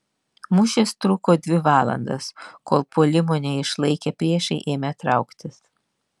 mūšis truko dvi valandas kol puolimo neišlaikę priešai ėmė trauktis